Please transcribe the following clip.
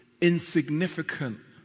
insignificant